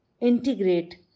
Integrate